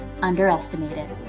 underestimated